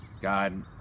God